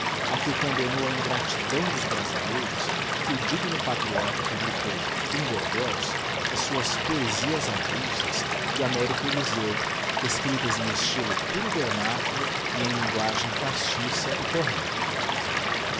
a que o condemnou a ingratidão dos brasileiros que p digno patriota publicou em bordéos as suas poesias avulsas de américo elyseo escriptas em estylo puro vernáculo e em linguagem castiça e correcta